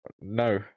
no